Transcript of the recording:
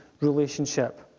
relationship